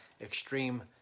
extreme